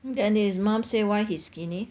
and his mom say why he skinny